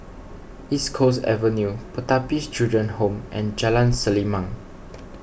East Coast Avenue Pertapis Children Home and Jalan Selimang